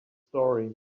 story